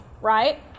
right